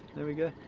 there we go.